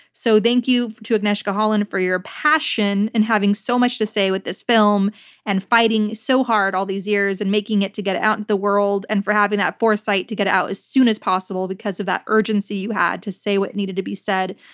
so, thank you to agnieszka holland for your passion and having so much to say with this film and fighting so hard all these years and making it to get out into the world and for having that foresight to get it out as soon as possible because of that urgency you had to say what needed to be said.